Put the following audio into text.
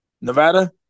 Nevada